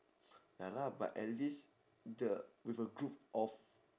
ya lah but at least the with a group of